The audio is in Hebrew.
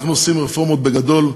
אנחנו עושים רפורמות בגדול,